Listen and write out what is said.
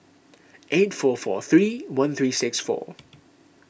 eight four four three one three six four